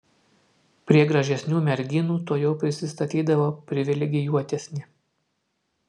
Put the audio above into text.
prie gražesnių merginų tuojau prisistatydavo privilegijuotesni